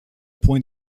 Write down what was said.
point